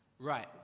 Right